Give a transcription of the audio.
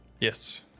Yes